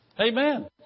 Amen